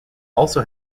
also